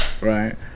Right